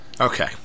Okay